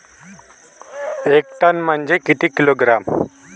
एक टन म्हनजे किती किलोग्रॅम?